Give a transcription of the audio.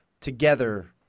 together